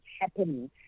happening